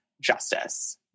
justice